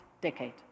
decade